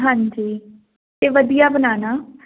ਹਾਂਜੀ ਅਤੇ ਵਧੀਆ ਬਣਾਉਣਾ